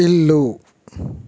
ఇల్లు